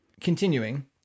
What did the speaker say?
Continuing